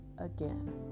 again